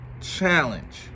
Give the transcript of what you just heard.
challenge